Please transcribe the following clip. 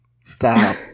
Stop